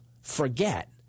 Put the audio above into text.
forget